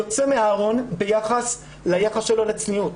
יוצא בארון ביחס ליחס שלו לצניעות,